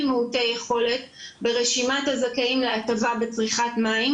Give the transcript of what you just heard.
מעוטי יכולת ברשימת הזכאים להטבה בצריכת מים,